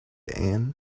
ann